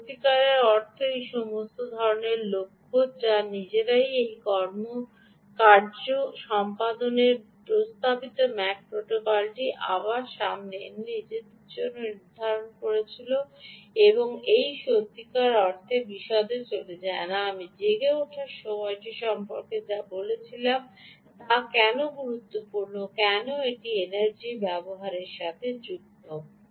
সুতরাং সত্যিকার অর্থে এই সমস্ত ধরণের লক্ষ্য যা তারা নিজেরাই এই উচ্চ কার্য সম্পাদনের প্রস্তাবিত ম্যাক প্রোটোকলটি আবার সামনে এনে নিজেদের জন্য নির্ধারণ করেছে এটি সত্যিকার অর্থে বিশদে চলে যায় না আমি জেগে ওঠার সময়টি সম্পর্কে যা বলেছিলাম তা কেন গুরুত্বপূর্ণ কেন এটি এনার্জি ব্যবহারের সাথে যুক্ত